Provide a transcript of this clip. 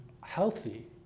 healthy